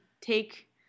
take